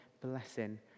blessing